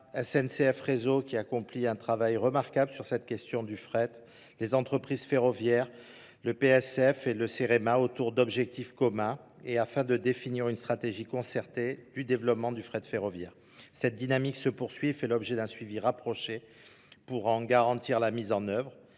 SNCF réseau qui accomplit un travail remarquable sur cette question du fret, les entreprises ferroviaires, le PSF et le CEREMA autour d'objectifs communs et afin de définir une stratégie concertée du développement du fret ferroviaire. Cette dynamique se poursuit et fait l'objet d'un suivi rapproché pour en garantir la mise en œuvre.